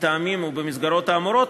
מהטעמים ובמסגרות האמורים,